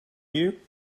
you